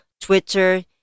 Twitter